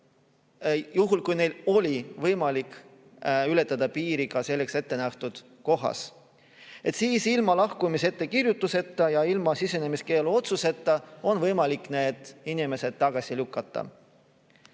juhul, kui neil oli võimalik ületada piir ka selleks ette nähtud kohas, siis ilma lahkumisettekirjutuseta ja ilma sisenemiskeelu otsuseta on võimalik need inimesed tagasi lükata.